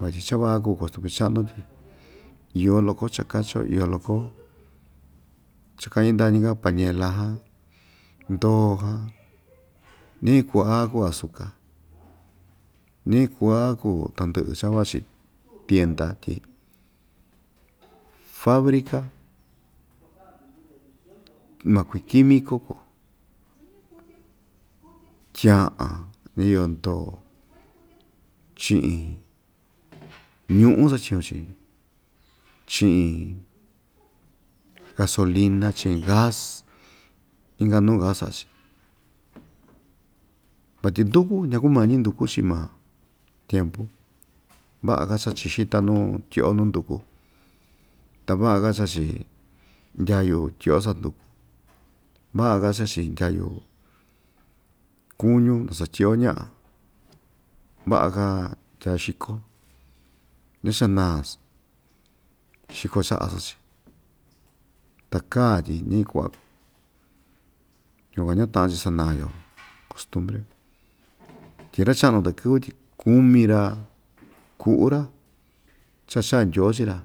Vatyi cha va'a ikuu kostumbri cha'nu tyi iyo loko chakachio iyo loko cha‑ka'in ndañi‑ka pañela jan ndoo jan ñi'i kua'a kuu asuka ñi'i ku'a kuu tandɨ'ɨ cha vachi tienta tyi fabrica makui quimico kuu tya'an ña‑iyo ndoo chi'in ñu'ú satyiñu‑chi chi'in gasolina chi'in gas inka nuu gas sa'a‑chi vatyi ndukú ñakumañi nduku chii ma tiempu va'a‑ka chachi xita nuu tyi'o nuu nduku ta va'a‑ka chachi ndyayu tyi'o sa'a nduku va'a‑ka chachi ndyayu kuñu nasatyi'o ña'a va'a‑ka ndyaa xiko nachanaa‑chi xiko cha asɨɨn‑chi ta kaa tyi ñi'i ku'a yukuan ñata'an‑chi sa'ana‑yo kostumpre tyi ra‑cha'nu takɨ́vɨ tyi kumi‑ra ku'u‑ra cha cha'a ndyoo chii‑ra